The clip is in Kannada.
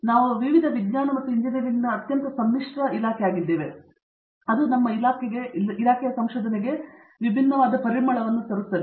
ಆದ್ದರಿಂದ ನಾವು ವಿವಿಧ ವಿಜ್ಞಾನ ಮತ್ತು ಎಂಜಿನಿಯರಿಂಗ್ನ ಅತ್ಯಂತ ಸಮ್ಮಿಶ್ರ ಆಗಿದ್ದೇವೆ ಮತ್ತು ಅದು ನಮ್ಮ ಇಲಾಖೆಯ ಸಂಶೋಧನೆಗೆ ವಿಭಿನ್ನವಾದ ಪರಿಮಳವನ್ನು ತರುತ್ತದೆ